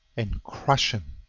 and crush him.